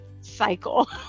cycle